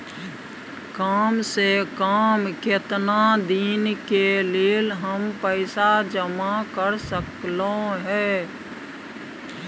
काम से कम केतना दिन के लेल हम पैसा जमा कर सकलौं हैं?